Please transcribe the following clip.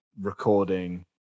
recording